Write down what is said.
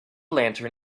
lantern